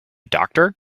doctor